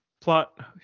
plot